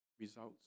results